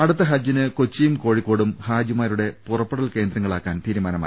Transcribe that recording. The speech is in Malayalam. അടുത്ത ഹജ്ജിന് കൊച്ചിയും കോഴിക്കോടും ഹാജിമാരുടെ പുറപ്പെടൽ കേന്ദ്രങ്ങളാക്കാൻ തീരുമാനമായി